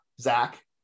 Zach